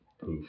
poof